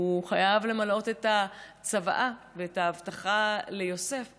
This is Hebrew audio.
חייב למלא את הצוואה ואת ההבטחה ליוסף.